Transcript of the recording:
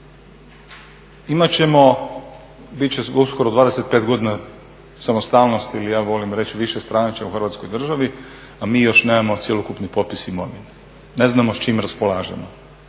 Imat ćemo bit će uskoro 25 godina samostalnosti ili ja volim reći višestranačje u Hrvatskoj državi, a mi još uvijek nemamo cjelokupni popis imovine, ne znamo s čim raspolažemo,